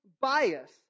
bias